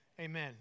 amen